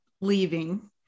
leaving